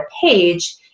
page